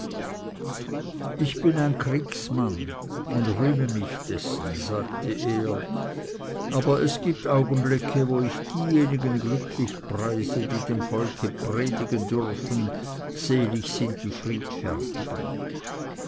ich bin ein kriegsmann und rühme mich dessen sagte er aber es gibt augenblicke wo ich diejenigen glücklich preise die dem volke predigen dürfen selig sind die friedfertigen